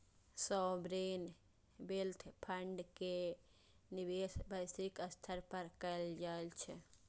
sovereign wealth fund के निवेश वैश्विक स्तर पर कैल जाइ छै